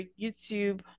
YouTube